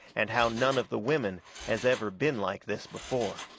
and how none of the women has ever been like this before.